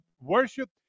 worship